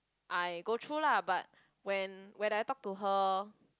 I go through lah but when when I talk to her